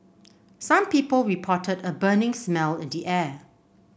some people reported a burning smell at the air